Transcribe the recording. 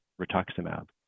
rituximab